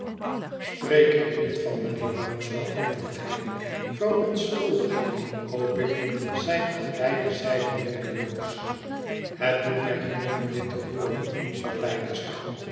spreek er niet van mijnheer rouncewell antwoordt hij verontschuldigingen hoop ik zijn aan beide zijden noodeloos het doet mij genoegen dit te hooren sir